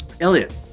Elliot